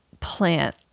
plant